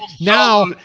Now